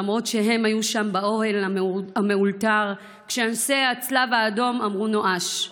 למרות שהם היו שם באוהל המאולתר כשאנשי הצלב האדום אמרו נואש.